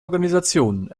organisation